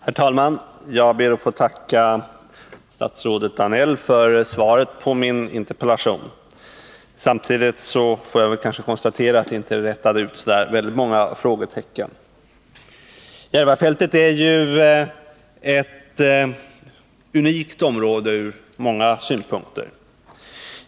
Herr talman! Jag ber att få tacka statsrådet Danell för svaret på min interpellation. Samtidigt får jag väl konstatera att det inte rätade ut särskilt många frågetecken. Järvafältet är ett unikt område ur många synpunkter.